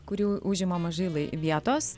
kuriu užima mažai lai vietos